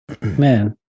Man